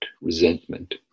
resentment